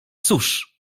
cóż